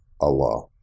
Allah